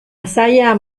masaya